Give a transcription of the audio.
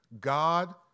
God